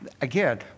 Again